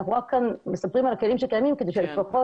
אנחנו רק כאן מספרים על הכלים שקיימים כדי שלפחות